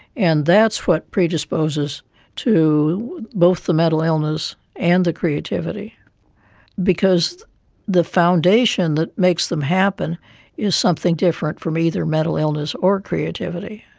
and that's what predisposes to both the mental illness and the creativity because the foundation that makes them happen is something different from either mental illness or creativity.